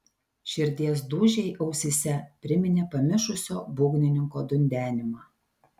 širdies dūžiai ausyse priminė pamišusio būgnininko dundenimą